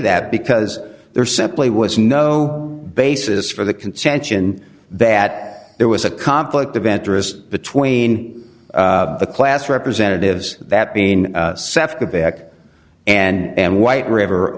that because there simply was no basis for the contention that there was a conflict of interest between the class representatives that being septic and white river